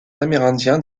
amérindiens